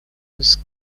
was